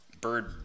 Bird